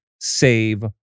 save